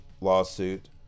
lawsuit